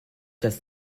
das